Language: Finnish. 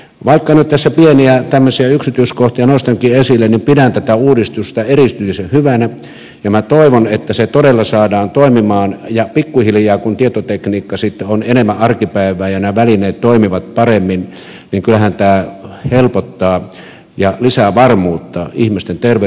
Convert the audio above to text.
vaikka nyt tässä pieniä tämmöisiä yksityiskohtia nostankin esille pidän tätä uudistusta erityisen hyvänä ja minä toivon että se todella saadaan toimimaan ja pikkuhiljaa kun tietotekniikka sitten on enemmän arkipäivää ja nämä välineet toimivat paremmin niin kyllähän tämä helpottaa ja lisää varmuutta ihmisten terveydenhuoltoon